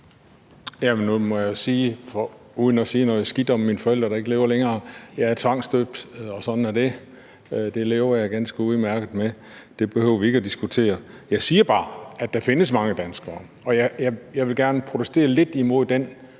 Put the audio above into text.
Nu må jeg sige – uden at sige noget skidt om mine forældre, der ikke lever længere – at jeg er tvangsdøbt, og sådan er det. Det lever jeg ganske udmærket med. Det behøver vi ikke diskutere. Jeg siger bare, at der findes mange danskere, der ikke er døbt. Og jeg vil gerne protestere lidt imod den